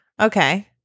Okay